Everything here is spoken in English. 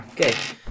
Okay